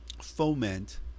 foment